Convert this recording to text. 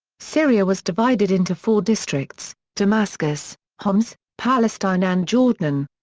syria was divided into four districts damascus, homs, palestine and jordan.